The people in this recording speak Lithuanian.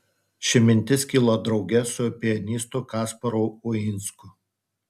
ši mintis kilo drauge su pianistu kasparu uinsku